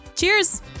Cheers